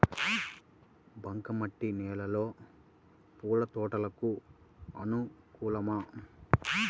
బంక మట్టి నేలలో పూల తోటలకు అనుకూలమా?